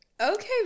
Okay